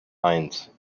eins